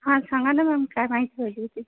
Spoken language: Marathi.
हा सांगा ना मॅम काय माहिती पाहिजे होती